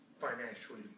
financially